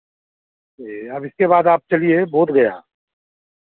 ये अब इसके बाद आप चलिए बोधगया